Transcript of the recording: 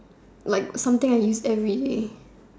like something I use everyday